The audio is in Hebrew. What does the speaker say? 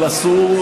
אבל אסור,